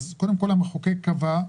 המחוקק קבע,